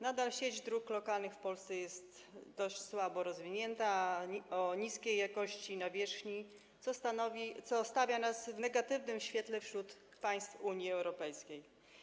Nadal sieć dróg lokalnych w Polsce jest dość słabo rozwinięta, o niskiej jakości nawierzchni, co stawia nas w negatywnym świetle wśród państw Unii Europejskiej.